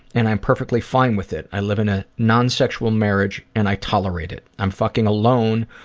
and i'm perfectly fine with it. i live in a non-sexual marriage, and i tolerate it. i'm fucking alone,